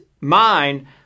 mind